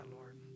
Lord